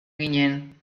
ginen